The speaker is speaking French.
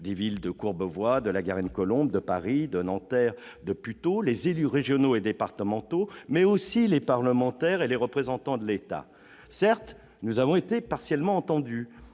des villes de Courbevoie, de La Garenne-Colombes, de Paris, de Nanterre, de Puteaux, les élus régionaux et départementaux, mais aussi les parlementaires et les représentants de l'État. Pourquoi Paris ? Paris ne